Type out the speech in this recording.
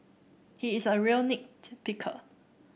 he is a real nit picker